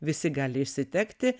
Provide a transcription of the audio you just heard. visi gali išsitekti